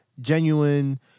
genuine